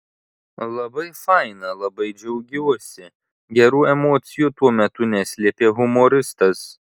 labai faina labai džiaugiuosi gerų emocijų tuo metu neslėpė humoristas